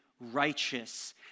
righteous